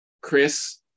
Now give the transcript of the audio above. Chris